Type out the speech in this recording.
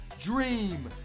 dream